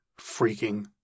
freaking